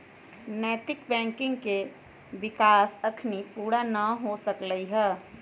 नैतिक बैंकिंग के विकास अखनी पुरा न हो सकलइ ह